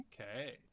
Okay